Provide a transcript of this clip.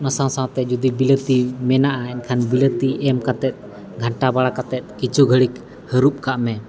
ᱚᱱᱟ ᱥᱟᱶᱼᱥᱟᱶᱛᱮ ᱡᱩᱫᱤ ᱵᱤᱞᱟᱹᱛᱤ ᱢᱮᱱᱟᱜᱼᱟ ᱮᱱᱠᱷᱟᱱ ᱵᱤᱞᱟᱹᱛᱤ ᱮᱢ ᱠᱟᱛᱮᱫ ᱜᱷᱟᱱᱴᱟ ᱵᱟᱲᱟ ᱠᱟᱛᱮᱫ ᱠᱤᱪᱷᱩ ᱜᱷᱟᱹᱲᱤᱡ ᱦᱟᱹᱨᱩᱵ ᱠᱟᱜ ᱢᱮ